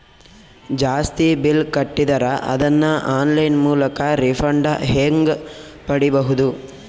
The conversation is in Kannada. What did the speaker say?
ಜಾಸ್ತಿ ಬಿಲ್ ಕಟ್ಟಿದರ ಅದನ್ನ ಆನ್ಲೈನ್ ಮೂಲಕ ರಿಫಂಡ ಹೆಂಗ್ ಪಡಿಬಹುದು?